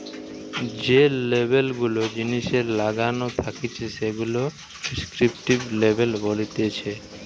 যে লেবেল গুলা জিনিসে লাগানো থাকতিছে সেগুলাকে ডেস্ক্রিপটিভ লেবেল বলতিছে